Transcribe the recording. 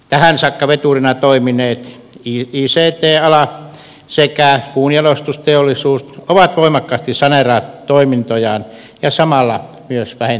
tähän saakka veturina toimineet ict ala sekä puunjalostusteollisuus ovat voimakkaasti saneeranneet toimintojaan ja samalla myös vähentäneet työpaikkoja